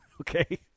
okay